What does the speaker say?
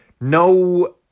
No